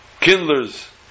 kindlers